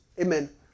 Amen